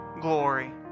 glory